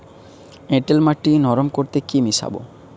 এঁটেল মাটি নরম করতে কি মিশাব?